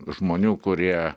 žmonių kurie